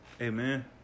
Amen